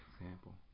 example